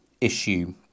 issue